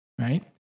Right